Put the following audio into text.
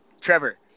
Trevor